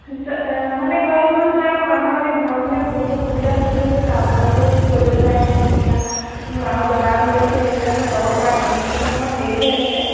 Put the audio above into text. চ মানে কথাটো হ'ল ছাৰ আমাৰ মানে ঘৰত মানে বহুত অসুবিধা চলি আছে কাম কাজো কৰিবলৈ নাই কোনো এতিয়া মাও বেমাৰ হৈ আছে সেইকাৰণে মই যাব পাৰা নাই মানে সেইকাৰণে অকণমান লেট হৈ আছে